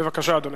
בבקשה, אדוני.